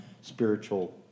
spiritual